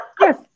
yes